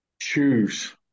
Choose